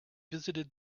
visited